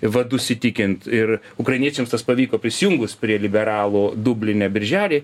vadus įtikint ir ukrainiečiams tas pavyko prisijungus prie liberalų dubline birželį